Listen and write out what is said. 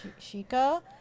Shika